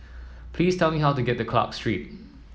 please tell me how to get to Clarke Street